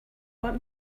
want